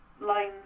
lines